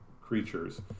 creatures